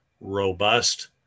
robust